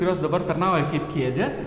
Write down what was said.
kurios dabar tarnauja kaip kėdes